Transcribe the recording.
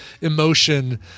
emotion